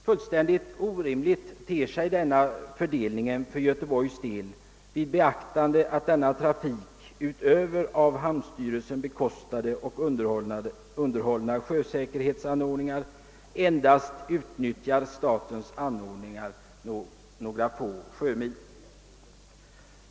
Fullständigt orimlig ter sig denna fördelning för Göteborgs del vid beaktande av att denna trafik, utöver av hamnstyrelsen bekostade och underhållna sjösäkerhetsanordningar, endast utnyttjar statens anordningar inom ett område av några få sjömil.